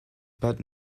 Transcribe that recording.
bad